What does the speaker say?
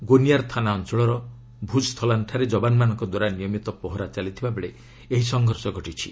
ଗୋନିୟାର୍ ଥାନା ଅଞ୍ଚଳର ଭୁଜଥଲାନ୍ ଠାରେ ଯବାନମାନଙ୍କ ଦ୍ୱାରା ନିୟମିତ ପହରା ଚାଲିଥିବା ବେଳେ ଏହି ସଂଘର୍ଷ ଘଟିଛି